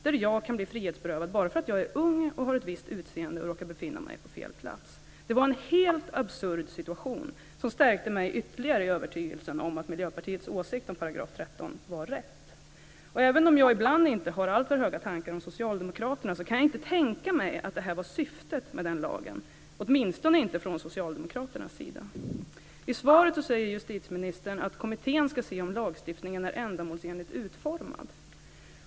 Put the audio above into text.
Då kan jag bli frihetsberövad bara för att jag är ung, har ett visst utseende och råkar befinna mig på fel plats. Detta var en helt absurd situation, som stärkte mig ytterligare i övertygelsen om att Miljöpartiets åsikt om § 13 var riktig. Även om jag ibland inte har alltför höga tankar om Socialdemokraterna så kan jag inte tänka mig att detta var syftet med lagen - åtminstone inte från I svaret säger justitieministern att kommittén ska se om lagstiftningen är ändamålsenligt utformad.